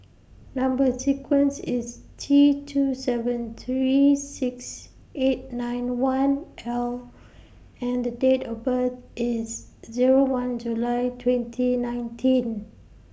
Number sequence IS T two seven three six eight nine one L and Date of birth IS Zero one July twenty nineteen